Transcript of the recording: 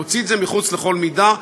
להוציא את זה מחוץ לכל מידה,